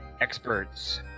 experts